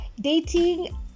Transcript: Dating